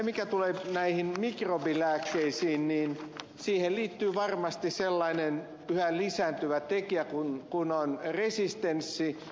mitä tulee näihin mikrobilääkkeisiin niihin liittyy varmasti sellainen yhä lisääntyvä tekijä kuin resistenssi